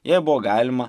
jai buvo galima